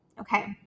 Okay